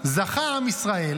זכה עם ישראל